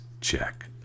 check